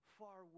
far